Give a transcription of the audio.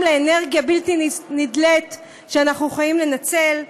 לאנרגיה בלתי נדלית שאנחנו יכולים לנצל.